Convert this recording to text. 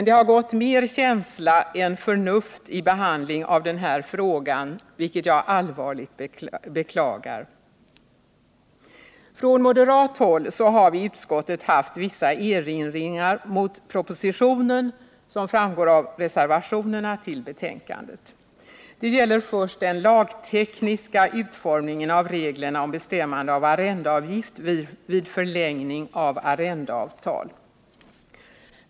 Det har gått mer känsla än förnuft i behandlingen av den här frågan, vilket jag allvarligt beklagar. Från moderat håll har vi i utskottet haft vissa erinringar mot propositionen, vilket framgår av reservationerna till betänkandet. Det gäller först den lagtekniska utformningen av reglerna om bestämmande av arrendeavgift vid förlängning av arrendeavtal.